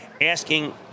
asking